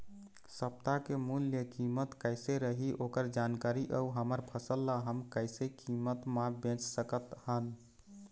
सप्ता के मूल्य कीमत कैसे रही ओकर जानकारी अऊ हमर फसल ला हम कैसे कीमत मा बेच सकत हन?